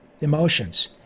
emotions